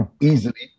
Easily